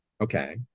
Okay